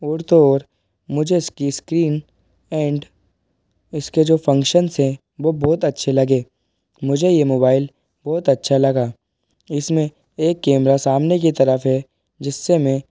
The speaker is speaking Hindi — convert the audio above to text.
और तो और मुझे इसकी इस्क्रीन एण्ड इसके जो फंक्शनस हैं वो बहुत अच्छे लगे मुझे ये मोबाइल बहुत अच्छा लगा इस में एक कैमरा सामने की तरफ़ है जिस से मैं